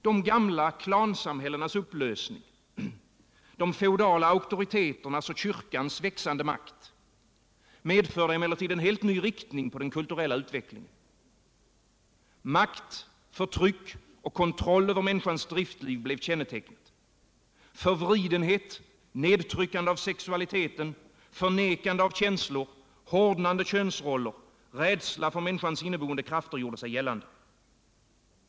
De gamla klansamhällenas upplösning, de feodala auktoriteternas och kyrkans växande makt medförde emellertid en helt ny riktning på den kulturella utvecklingen. Makt, förtryck och kontroll över människans driftliv blev kännetecknet. Förvridenhet, nedtryckande av sexualiteten, förnekande av känslor, hårdnande könsroller och rädsla för människans inneboende krafter gjorde sig gällande.